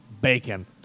Bacon